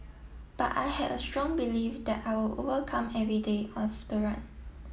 but I had a strong belief that I will overcome every day of the run